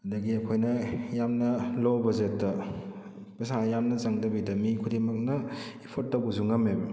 ꯑꯗꯨꯗꯒꯤ ꯑꯩꯈꯣꯏꯅ ꯌꯥꯝꯅ ꯂꯣ ꯕꯖꯦꯠꯇ ꯄꯩꯁꯥ ꯌꯥꯝꯅ ꯆꯪꯗꯕꯤꯗ ꯃꯤ ꯈꯨꯗꯤꯡꯃꯛꯅ ꯏꯐꯣꯔꯠ ꯇꯧꯕꯁꯨ ꯉꯝꯃꯦꯕ